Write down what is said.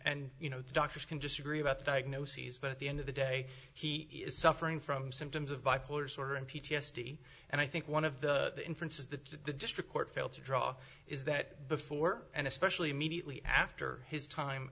and you know doctors can disagree about diagnoses but at the end of the day he is suffering from symptoms of bipolar disorder and p t s d and i think one of the inferences the district court failed to draw is that before and especially immediately after his time